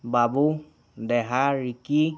বাবু দেহা ৰিকি